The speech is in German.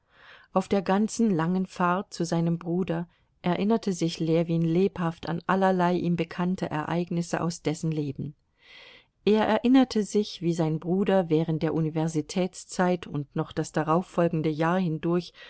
auf der ganzen langen fahrt zu seinem bruder erinnerte sich ljewin lebhaft an allerlei ihm bekannte ereignisse aus dessen leben er erinnerte sich wie sein bruder während der universitätszeit und noch das darauffolgende jahr hindurch